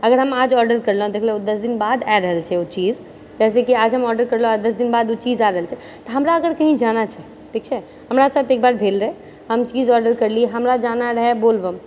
अगर हम आज ऑर्डर करलहुँ देखलहुँ दश दिन बाद आ रहल छै ओ चीज जैसे कि आज हम ऑर्डर करलहुँ आ दश दिन बाद ओ चीज आ रहल छै तऽ हमरा अगर कही जाना छै ठीक छै हमरा साथ एकबार भेल रहै हम चीज ऑर्डर करलियै हमरा जाना रहै बोलबम